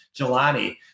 Jelani